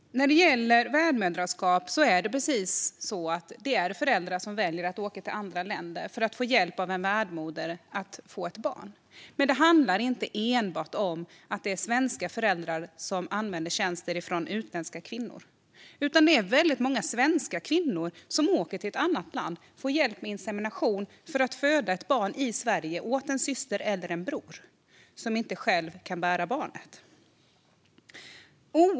När det gäller värdmoderskap finns det föräldrar som väljer att åka till andra länder för att få hjälp av en värdmoder att få ett barn. Men det handlar inte enbart om att svenska föräldrar använder tjänster från utländska kvinnor. Det är väldigt många svenska kvinnor som åker till ett annat land och får hjälp med insemination för att föda ett barn i Sverige åt en syster som inte själv kan bära barnet eller åt en bror.